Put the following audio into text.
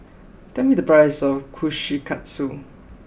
tell me the price of Kushikatsu